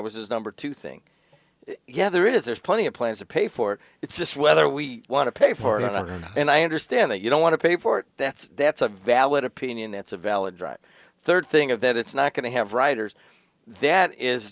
was his number to think yeah there it is there's plenty of plans to pay for it it's just whether we want to pay for it and i understand that you don't want to pay for it that's that's a valid opinion it's a valid right third thing of that it's not going to have writers that is